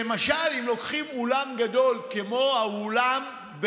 למשל, אם לוקחים אולם גדול כמו האולם,